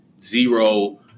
zero